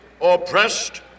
oppressed